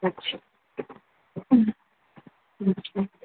আচ্ছা হুঁ আচ্ছা